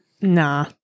Nah